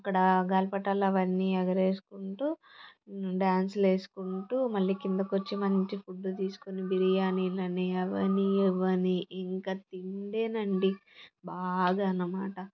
అక్కడ గాలిపటాలు అవన్నీ ఎగరేసుకుంటు డ్యాన్సులు వేసుకుంటు మళ్ళీ కిందకి వచ్చి మంచి ఫుడ్ తీసుకుని బిర్యానీలని అవనీ ఇవనీ ఇంక తిండేనండి బాగా అన్నమాట